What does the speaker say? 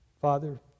Father